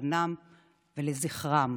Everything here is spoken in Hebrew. לקורבנם ולזכרם.